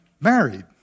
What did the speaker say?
married